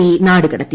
E നാടുകടത്തി